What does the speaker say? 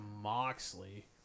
Moxley